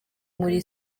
muri